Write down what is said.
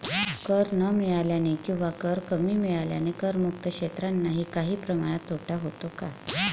कर न मिळाल्याने किंवा कर कमी मिळाल्याने करमुक्त क्षेत्रांनाही काही प्रमाणात तोटा होतो का?